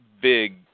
big